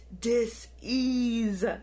dis-ease